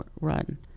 run